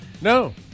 No